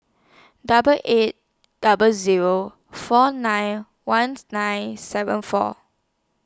double eight double Zero four nine one nine seven four